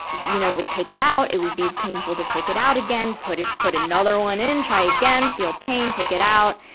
you know, would take it out, it would be painful to take it out again. put it, put another one in, try again feel pain take it out.